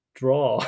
draw (